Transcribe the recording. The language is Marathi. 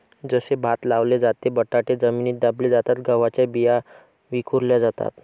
जसे भात लावले जाते, बटाटे जमिनीत दाबले जातात, गव्हाच्या बिया विखुरल्या जातात